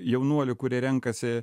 jaunuolių kurie renkasi